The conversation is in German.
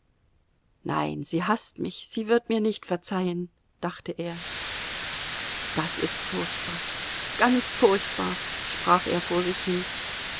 nein sie haßt mich sie wird mir nicht verzeihen dachte er das ist furchtbar ganz furchtbar sprach er vor sich hin